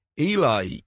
Eli